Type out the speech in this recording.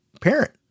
parent